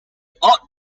ought